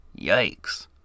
Yikes